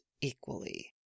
equally